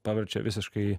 paverčia visiškai